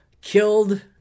Killed